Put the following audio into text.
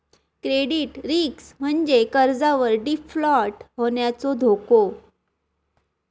credit risk म्हणजे कर्जावर default होण्याचो धोका